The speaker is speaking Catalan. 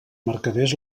mercaders